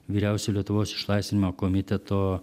vyriausio lietuvos išlaisvinimo komiteto